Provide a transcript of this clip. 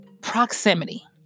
proximity